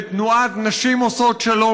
לתנועת נשים עושות שלום,